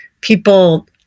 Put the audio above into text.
people